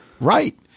right